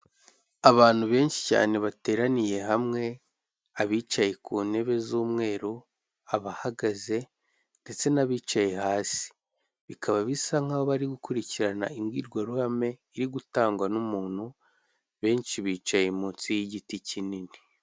Abantu banshi cyane bateraniye hamwe abicaye ku ntebe z'umweru, abahagaze ndetse n'abicaye hasi, basa nk'aho bari gukurikirana imbwirwa ruhame iri gutangwa n'umuntu benshi bicaye munsi y'igiti kinini.